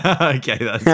Okay